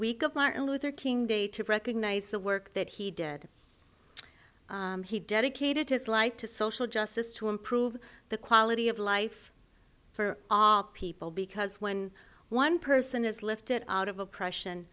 week of martin luther king day to recognize the work that he did he dedicated his life to social justice to improve the quality of life for all people because when one person is lifted out of oppression